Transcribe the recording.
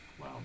Wow